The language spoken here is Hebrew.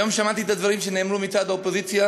היום שמעתי את הדברים שנאמרו מצד האופוזיציה,